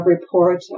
report